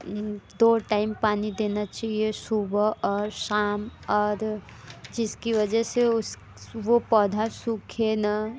दो टाइम पानी देना चाहिए सुबह और शाम और जिसकी वजह उस वह पौधा सूखे न